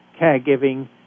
Caregiving